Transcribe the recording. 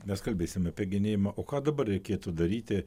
mes kalbėsim apie genėjimą o ką dabar reikėtų daryti